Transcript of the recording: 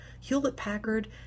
hewlett-packard